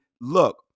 look